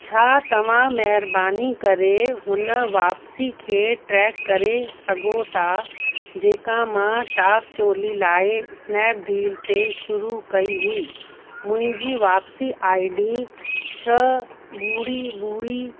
छा तव्हां महिरबानी करे हुन वापिसी खे ट्रैक करे सघो था जेका मां टाप चोली लाइ स्नैपडील ते शुरू कई हुई मुंहिंजी वापिसी आई डी छह ॿुड़ी ॿुड़ी